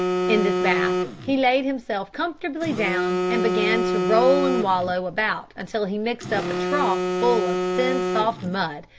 in this bath he laid himself comfortably down, and began to roll and wallow about until he mixed up a trough full of thin soft mud,